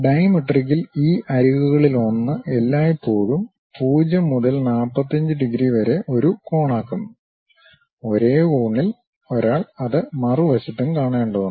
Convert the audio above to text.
ഡൈമെട്രിക്കിൽ ഈ അരികുകളിലൊന്ന് എല്ലായ്പ്പോഴും 0 മുതൽ 45 ഡിഗ്രി വരെ ഒരു കോണാക്കുന്നു ഒരേ കോണിൽ ഒരാൾ അത് മറുവശത്തും കാണേണ്ടതുണ്ട്